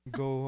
go